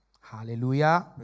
Hallelujah